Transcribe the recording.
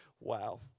wow